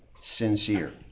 sincere